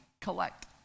collect